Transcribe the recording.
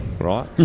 right